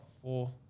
four